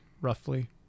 roughly